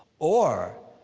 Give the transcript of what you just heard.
or,